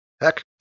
Heck